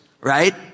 Right